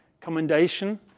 commendation